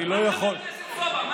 מה חבר הכנסת סובה?